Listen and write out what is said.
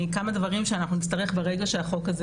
כמה דברים שאנחנו נצטרך ברגע שהחוק הזה,